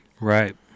Right